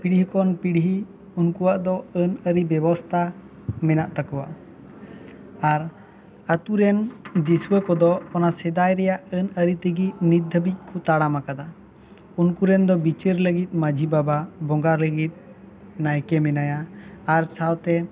ᱯᱤᱲᱦᱤ ᱠᱷᱚᱱ ᱯᱤᱲᱦᱤ ᱩᱱᱠᱩᱣᱟᱜ ᱫᱚ ᱟᱹᱱ ᱟᱹᱨᱤ ᱵᱮᱵᱚᱥᱛᱷᱟ ᱢᱮᱱᱟᱜ ᱛᱟᱠᱚᱣᱟ ᱟᱨ ᱟᱛᱳ ᱨᱮᱱ ᱫᱤᱥᱣᱟᱹ ᱠᱚ ᱫᱚ ᱚᱱᱟ ᱥᱮᱫᱟᱭ ᱨᱮᱭᱟᱜ ᱟᱹᱱ ᱟᱹᱨᱤ ᱛᱮᱜᱮ ᱱᱤᱛ ᱦᱟᱹᱵᱤᱡ ᱠᱚ ᱛᱟᱲᱟᱢ ᱟᱠᱟᱫᱟ ᱩᱱᱠᱩ ᱨᱮᱱ ᱫᱚ ᱵᱤᱪᱟᱹᱨ ᱞᱟᱹᱜᱤᱫ ᱢᱟᱹᱡᱷᱤ ᱵᱟᱵᱟ ᱵᱚᱸᱜᱟ ᱞᱟᱹᱜᱤᱫ ᱱᱟᱭᱠᱮ ᱢᱮᱱᱟᱭᱟ ᱟᱨ ᱥᱟᱶᱛᱮ